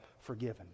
forgiven